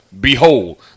Behold